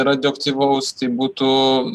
radioaktyvaus tai būtų